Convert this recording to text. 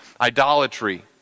idolatry